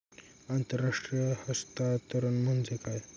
आंतरराष्ट्रीय हस्तांतरण म्हणजे काय?